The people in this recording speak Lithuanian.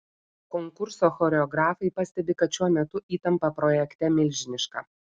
konkurso choreografai pastebi kad šiuo metu įtampa projekte milžiniška